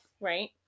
Right